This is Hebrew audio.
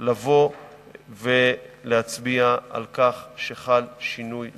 לבוא ולהצביע על כך שחל שינוי לטובה,